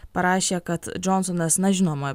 parašė kad džonsonas na žinoma